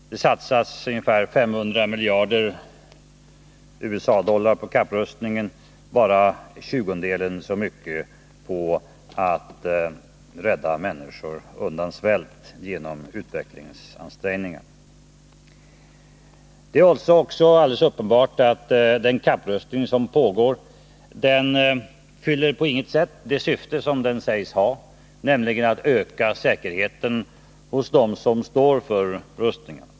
Det satsas ungefär 500 miljarder USA-dollar på kapprustningen, bara tjugondedelen så mycket på att rädda människor undan svält genom utvecklingsansträngningar. Det är också alldeles uppenbart att den kapprustning som pågår på intet sätt fyller det syfte som den sägs ha, nämligen att öka säkerheten hos dem som står för rustningen.